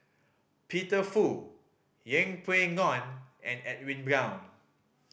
Peter Fu Yeng Pway Ngon and Edwin Brown